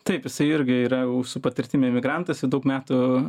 taip jisai irgi yra jau su patirtim emigrantas jau daug metų